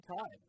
time